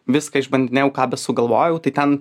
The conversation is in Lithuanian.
viską išbandinėjau ką besugalvojau tai ten